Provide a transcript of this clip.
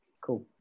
Cool